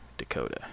Dakota